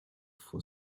for